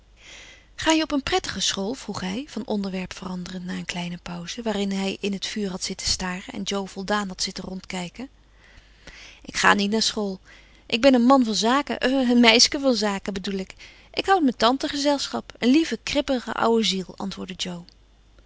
ga je op een prettige school vroeg hij van onderwerp veranderend na een kleine pauze waarin hij in het vuur had zitten staren en jo voldaan had zitten rondkijken ik ga niet naar school ik ben een man van zaken een meisje van zaken bedoel ik ik houd mijn tante gezelschap een lieve kribbige oude ziel antwoordde jo